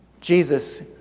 Jesus